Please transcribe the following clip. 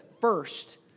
first